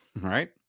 Right